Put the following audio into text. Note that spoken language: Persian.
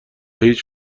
هیچ